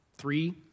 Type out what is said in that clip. three